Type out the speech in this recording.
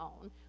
own